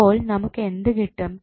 അപ്പോൾ നമുക്ക് എന്ത് കിട്ടും